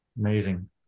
Amazing